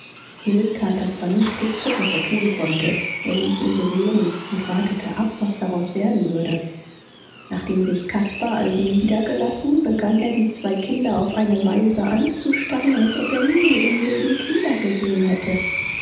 tat das vernünftigste was er tun konnte er ließ ihn gewähren und wartete ab was daraus werden würde nachdem sich caspar also niedergelassen begann er die zwei kinder auf eine weise anzustarren als ob er nie im leben kinder gesehen hätte